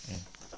mm